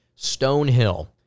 Stonehill